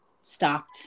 stopped